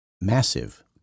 massive